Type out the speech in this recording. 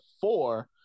four